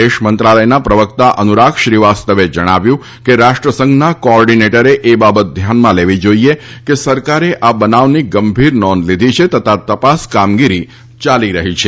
વિદેશ મંત્રાલયના પ્રવક્તા અનુરાગ શ્રીવાસ્તવે જણાવ્યું છે કે રાષ્ટ્ર સંઘના કો ઓર્ડિનેટરો એ બાબત ધ્યાનમાં લેવી જોઈએ કે સરકારે આ બનાવની ગંભીર નોંધ લીધી છે તથા તપાસ કામગીરી ચાલી રહી છે